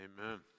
amen